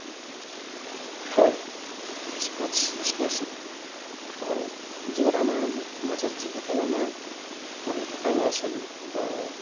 হয় sports scholarship বৰ্তমান যুগত আমাৰ মাজত যিসকল আমাৰ পঢ়ি থকা ল'ৰা ছোৱালী বা